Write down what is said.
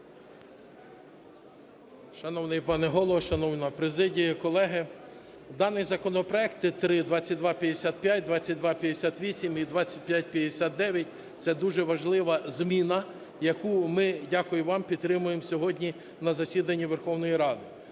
Шановний пане Голово, шановна президія, колеги, дані законопроекти три: 2255, 2258 і 2559 – це дуже важлива зміна, яку ми, дякую вам, підтримуємо сьогодні на засіданні Верховної Ради.